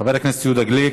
חבר הכנסת יהודה גליק,